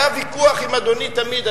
היה ויכוח עם אדוני תמיד.